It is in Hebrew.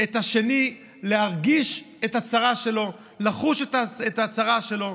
את השני, להרגיש את הצרה שלו, לחוש את הצרה שלו.